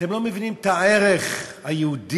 אתם לא מבינים את הערך היהודי,